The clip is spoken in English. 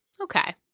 Okay